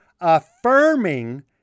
affirming